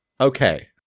okay